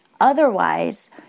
Otherwise